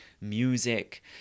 music